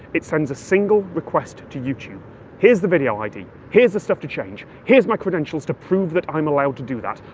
it sends a single request to youtube here's the video id, here's the stuff to change, here's my credentials to prove that i'm allowed to do that.